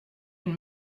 une